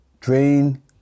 drain